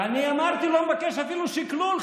אני אמרתי "לא מבקש אפילו שקלול",